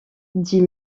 dit